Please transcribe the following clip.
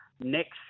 next